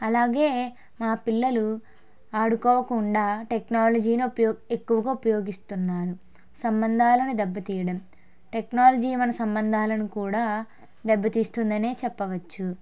అలాగే మా పిల్లలు ఆడుకోకుండా టెక్నాలజీనే ఉపయో ఎక్కువగా ఉపయోగిస్తున్నారు సంబంధాలను దెబ్బ తీయడం టెక్నాలజీ మన సంబంధాలను కూడా దెబ్బ తీస్తుందనే చెప్పవచ్చు